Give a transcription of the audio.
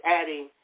adding